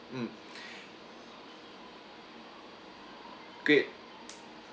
mm great